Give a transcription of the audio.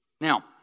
now